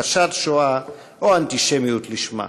הכחשת שואה או אנטישמיות לשמה,